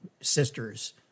sisters